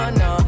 no